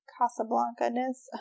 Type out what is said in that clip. Casablanca-ness